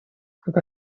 как